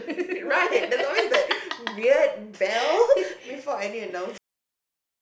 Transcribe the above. right there's always that weird bell before any announcement